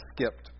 skipped